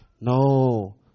No